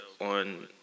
on